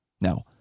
Now